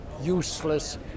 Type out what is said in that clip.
useless